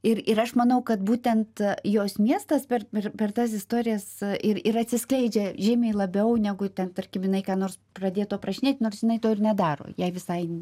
ir ir aš manau kad būtent jos miestas per per per tas istorijas ir ir atsiskleidžia žymiai labiau negu tarkim jinai ką nors pradėtų aprašinėt nors jinai to nedaro jai visai